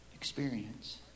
Experience